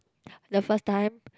the first time